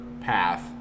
path